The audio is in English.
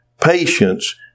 patience